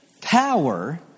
power